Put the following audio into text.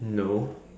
no